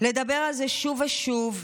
לדבר על זה שוב ושוב,